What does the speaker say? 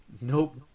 Nope